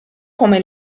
come